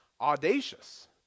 audacious